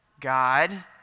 God